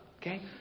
okay